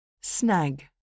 Snag